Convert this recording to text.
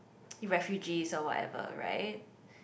refugees or whatever right